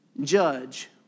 Judge